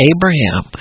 Abraham